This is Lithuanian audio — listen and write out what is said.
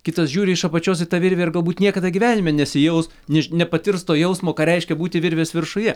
kitas žiūri iš apačios į tą virvę ir galbūt niekada gyvenime nesijaus než nepatirs to jausmo ką reiškia būti virvės viršuje